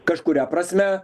kažkuria prasme